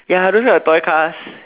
ya those are the toy cars